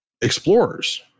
explorers